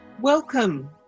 Welcome